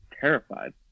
terrified